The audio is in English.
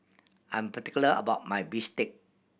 I am particular about my bistake